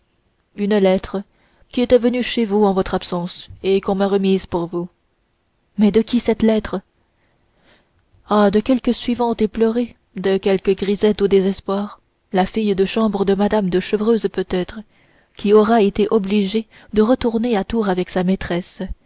une lettre qui était venue chez vous en votre absence et qu'on m'a remise pour vous mais de qui cette lettre ah de quelque suivante éplorée de quelque grisette au désespoir la fille de chambre de mme de chevreuse peut-être qui aura été obligée de retourner à tours avec sa maîtresse